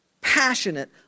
passionate